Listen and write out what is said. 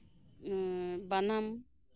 ᱵᱟᱱᱟᱢ